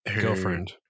girlfriend